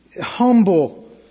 humble